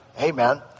Amen